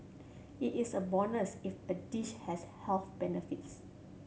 it is a bonus if a dish has health benefits